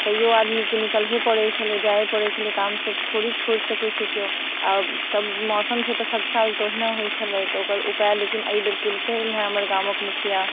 तैओ आदमीके निकलैए पड़ै छलै जाइए पड़ै छलै कामसब थोड़े छोड़ि सकै छै केओ आब सब मौसम छै तऽ सब साल तऽ ओहिना होइ छलै तऽ ओकर उपाय लेकिन एहिबेर केलखिन हेँ हमर गामक मुखिआ